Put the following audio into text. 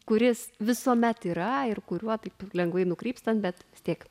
kuris visuomet yra ir kuriuo taip lengvai nukrypstant bet vis tiek